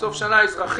סוף שנה אזרחית